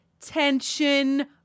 Tension